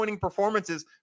performances